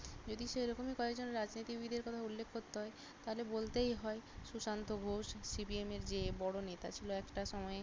যদি সেরকমই কয়েকজন রাজনীতিবিদের কথা উল্লেখ করতে হয় তাহলে বলতেই হয় সুশান্ত ঘোষ সিপিএমের যে বড়ো নেতা ছিলো একটা সময়ে